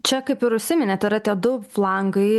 čia kaip ir užsiminė yra tie du flangai